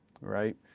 right